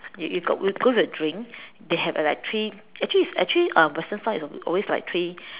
you you you go we go the drinks they have a like three actually actually um Western style is always three